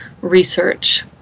research